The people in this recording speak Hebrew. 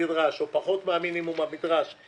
שצמרת משרד